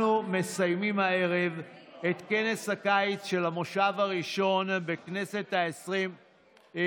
אנחנו מסיימים הערב את כנס הקיץ של המושב הראשון בכנסת העשרים-וארבע,